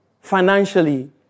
financially